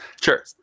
Sure